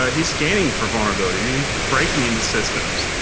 ah he's scanning for vulnerability. he's breaking into systems.